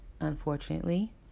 Unfortunately